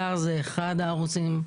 אתר זה אחד הערוצים.